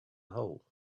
hole